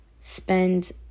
spend